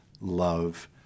love